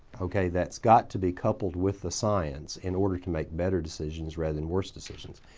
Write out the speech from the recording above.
okay, that's got to be coupled with the science in order to make better decisions rather than worse decisions.